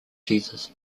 jesus